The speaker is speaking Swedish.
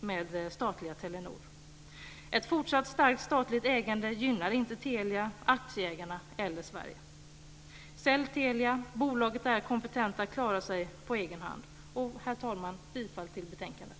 med statliga Telenor. Ett fortsatt starkt statligt ägande gynnar inte Telia, aktieägarna eller Sverige. Sälj Telia. Bolaget är kompetent att klara sig på egen hand. Herr talman! Jag yrkar bifall till förslaget i betänkandet.